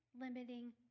limiting